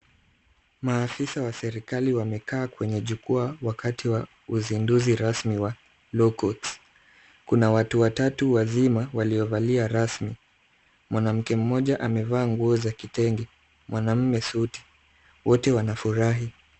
Maafisa wa serikali wamekaa kwenye jukwaa wakati wa uzinduzi rasmi wa law courts . Kuna watu watatu wazima waliovalia rasmi. Mwanamke mmoja amevaa nguo za kitenge, mwanamume suti. Wote wanafurahi.